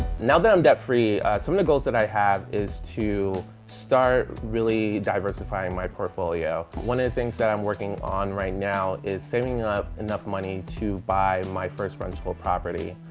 now that i'm debt free, some of the goals that i have is to start really diversifying my portfolio. one of the things that i'm working on right now is saving up enough money to buy my first rental property.